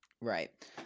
Right